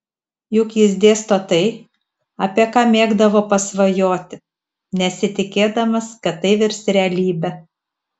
juk jis dėsto tai apie ką mėgdavo pasvajoti nesitikėdamas kad tai virs realybe